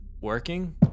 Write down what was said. working